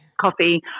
coffee